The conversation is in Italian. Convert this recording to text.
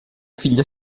figlia